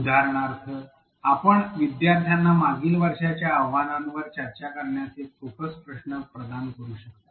उदाहरणार्थ आपण विद्यार्थ्यांना मागील वर्गाच्या आव्हानांवर चर्चा करण्यासाठी एक फोकस प्रश्न प्रदान करू शकता